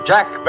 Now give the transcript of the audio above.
Jack